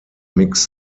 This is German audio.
mix